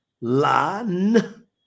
Lan